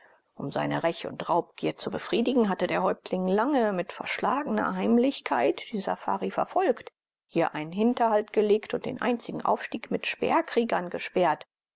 um seine räch und raubgier zu befriedigen hatte der häuptling lange mit verschlagener heimlichkeit die safari verfolgt hier einen hinterhalt gelegt und den einzigen aufstieg mit speerkriegem gesperrt